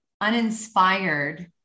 uninspired